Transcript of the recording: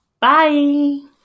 Bye